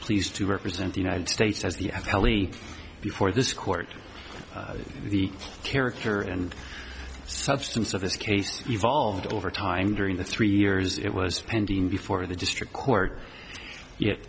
pleased to represent the united states as the telly before this court the character and substance of this case evolved over time during the three years it was pending before the district court